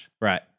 Right